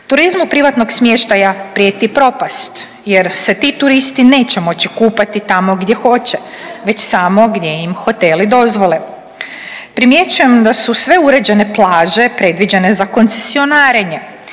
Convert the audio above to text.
Turizmu privatnog smještaja prijeti propast jer se ti turisti neće moći kupati tamo gdje hoće već samo gdje im hoteli dozvole. Primjećujem da su sve uređene plaže predviđene za koncesionarenje,